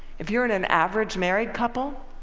if you're an an average married couple,